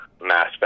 mass